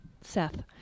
Seth